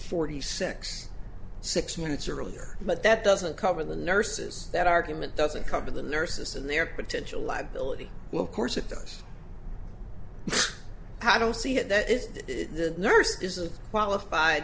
forty six six minutes earlier but that doesn't cover the nurses that argument doesn't cover the nurses and their potential liability well of course it does how don't see it that is the nurse is a qualified